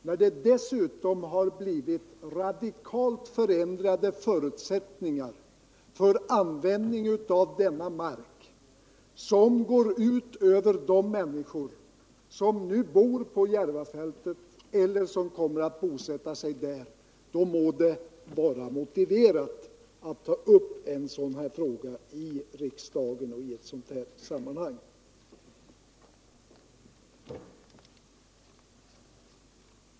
När det dessutom har blivit radikalt förändrade förutsättningar för användningen av denna mark, vilka går ut över de människor som nu bor på Järvafältet eller som kommer att bosätta sig där, då må det vara motiverat att ta upp en sådan här fråga i riksdagen.